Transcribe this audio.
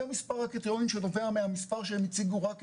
זה מספר הקריטריונים שנובע מהמספר שהם הציגו רק כדוגמה.